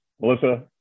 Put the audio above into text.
Melissa